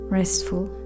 restful